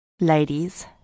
Ladies